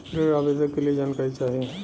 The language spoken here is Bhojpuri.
ऋण आवेदन के लिए जानकारी चाही?